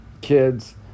kids